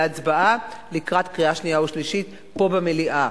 להצבעה לקראת קריאה שנייה ושלישית פה במליאה.